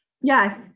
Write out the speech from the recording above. Yes